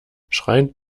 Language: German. schreiend